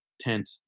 tent